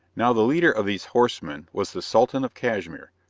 now the leader of these horsemen was the sultan of cashmere,